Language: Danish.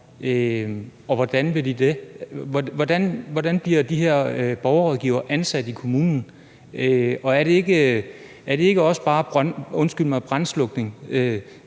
hvordan bliver de her borgerrådgivere ansat i kommunen? Og er det ikke bare, undskyld mig,